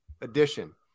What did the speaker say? edition